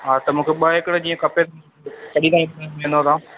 हा त मूंखे ॿ हेकड़ जीअं खपे तॾहिं